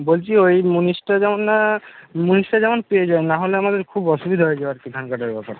বলছি ওই মুনিশটা যেমন না মুনিশটা যেমন পেয়ে যাই না হলে আমাদের খুব অসুবিধা হয়ে যাবে আর কি ধান কাটার ব্যাপারটা